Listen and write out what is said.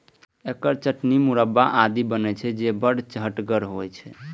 एकर चटनी, मुरब्बा आदि बनै छै, जे बड़ चहटगर होइ छै